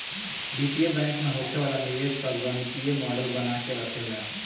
वित्तीय बैंक में होखे वाला निवेश कअ गणितीय मॉडल बना के रखेला